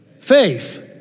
faith